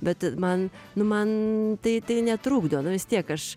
bet man nu man tai tai netrukdo nu vis tiek aš